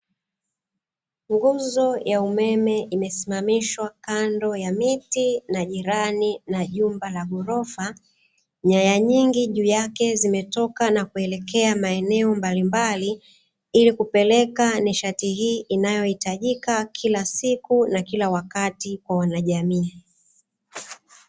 Nguzo ya umeme imesimamishwa kando ya miti na jirani na jumba la ghorofa, nyaya nyingi juu yake zimetoka na kuelekea maeneo mbalimbali ili kupeleka nishati hii inayohitajika kila siku na kila wakati kwa wana jamii.